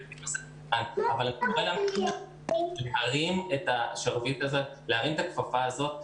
אבל צריך להרים את הכפפה הזאת.